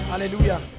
hallelujah